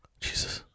Jesus